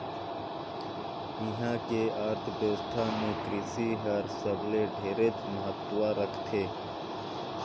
इहां के अर्थबेवस्था मे कृसि हर सबले ढेरे महत्ता रखथे